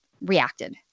reacted